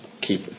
keep